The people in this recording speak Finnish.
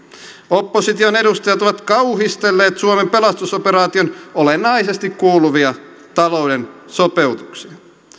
opposition edustajat ovat kauhistelleet suomen pelastusoperaatioon olennaisesti kuuluvia talouden sopeutuksia